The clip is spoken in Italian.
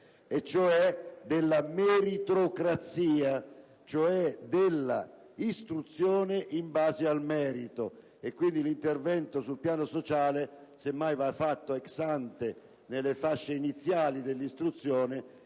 e cioè della meritocrazia, cioè della istruzione in base al merito. L'intervento sul piano sociale, quindi, semmai va fatto *ex ante*, nelle fasce iniziali dell'istruzione